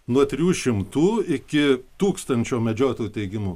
nuo trijų šimtų iki tūkstančio medžiotojų teigimu